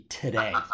today